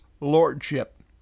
Lordship